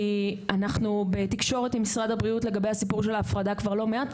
כי אנחנו בתקשורת עם משרד הבריאות לגבי הסיפור של ההפרדה כבר לא מעט,